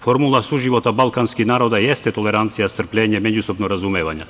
Formula suživota balkanskih naroda jeste tolerancija, strpljenje, međusobno razumevanje.